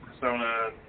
persona